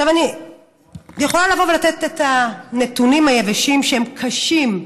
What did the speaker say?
אני יכולה לתת את הנתונים היבשים, שהם קשים.